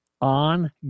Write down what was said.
on